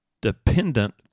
dependent